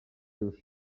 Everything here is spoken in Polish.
już